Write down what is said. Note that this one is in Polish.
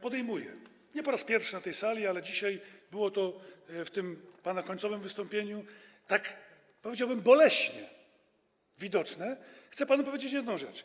podejmuje - nie po raz pierwszy na tej sali, ale dzisiaj było to w tym pana końcowym wystąpieniu tak, powiedziałbym, boleśnie widoczne - chcę panu powiedzieć jedną rzecz.